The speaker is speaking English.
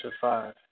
five